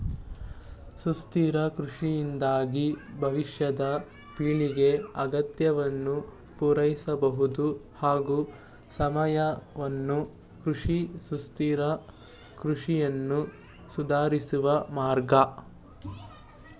ಸುಸ್ಥಿರ ಕೃಷಿಯಿಂದಾಗಿ ಭವಿಷ್ಯದ ಪೀಳಿಗೆ ಅಗತ್ಯವನ್ನು ಪೂರೈಸಬಹುದು ಹಾಗೂ ಸಾವಯವ ಕೃಷಿ ಸುಸ್ಥಿರ ಕೃಷಿಯನ್ನು ಸಾಧಿಸುವ ಮಾರ್ಗ